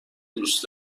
دوست